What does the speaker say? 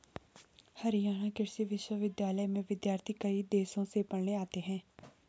हरियाणा कृषि विश्वविद्यालय में विद्यार्थी कई देशों से पढ़ने आते हैं